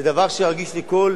זה דבר שרגיש לכל